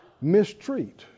mistreat